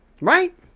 Right